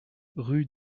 rue